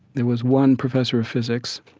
there was one professor of physics